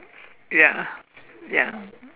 ya ya